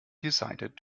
decided